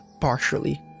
partially